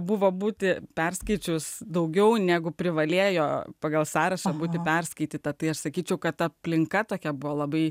buvo būti perskaičius daugiau negu privalėjo pagal sąrašą būti perskaityta tai aš sakyčiau kad aplinka tokia buvo labai